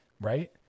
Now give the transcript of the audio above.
right